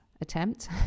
attempt